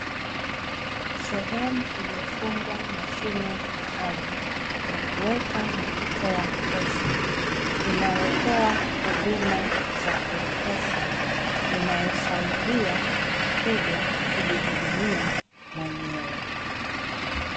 Sehemu iliyofungwa mashine na ardhi ya kuweka na kutoa pesa inayotoa huduma za m pesa inayosaidia mteja kujihudumia mwenyewe.